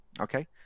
Okay